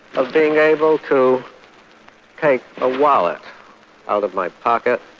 of being able to take a wallet out of my pocket,